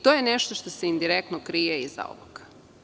To je nešto što se indirektno krije iza ovoga.